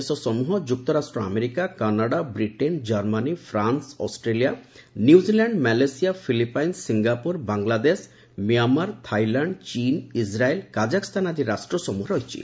ଏହା ଅନ୍ତର୍ଗତ ଜିସିସି ଦେଶ ସମ୍ବହ ଯୁକ୍ତରାଷ୍ଟ୍ର America Canada Britain Germany France Australia New Zealand Malaysia Philippines Singapore Bangladesh Myanmar Thailand ଚୀନ୍ ଇକ୍ରାଏଲ୍ କାକାଖ୍ସ୍ତାନ ଆଦି ରାଷ୍ଟ୍ରସମ୍ବହ ରହିଛି